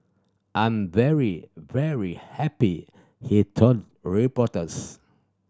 I'm very very happy he told reporters